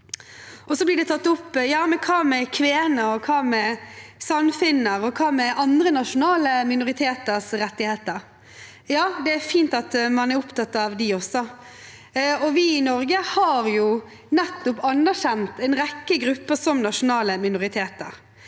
Hva med kvenene, skogfinnene og andre nasjonale minoriteters rettigheter? Det er fint at man er opptatt av dem også. Vi i Norge har anerkjent en rekke grupper som nasjonale minoriteter,